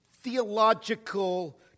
theological